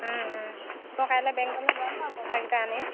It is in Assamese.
মই কাইলে বেংকলে যাম বাৰু পইচাকিটা আনিম